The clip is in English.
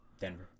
Denver